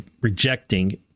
rejecting